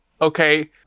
okay